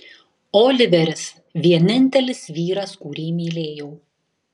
oliveris vienintelis vyras kurį mylėjau